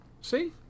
See